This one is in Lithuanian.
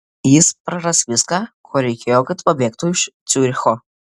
jis praras viską ko reikėjo kad pabėgtų iš ciuricho